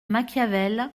machiavel